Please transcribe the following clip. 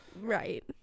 right